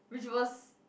which was